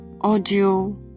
audio